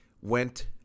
went